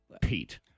Pete